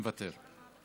מוותר,